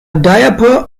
diaper